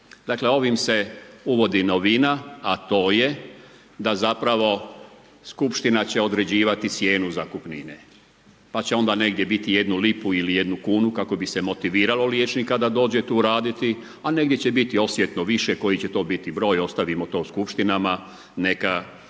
Dakle, ovim se uvodi novina, a to je da zapravo, skupština će određivati cijenu zakupnine, pa će ona negdje biti jednu lipu ili jednu kunu, kako bi se motiviralo liječnika da dođe tu raditi, a negdje će biti osjetno više koji će to biti broj, ostavimo to skupštinama, neka